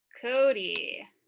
Cody